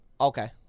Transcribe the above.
Okay